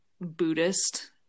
buddhist